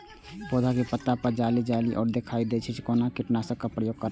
पोधा के पत्ता पर यदि जाली जाली जेना दिखाई दै छै छै कोन कीटनाशक के प्रयोग करना चाही?